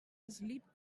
eslip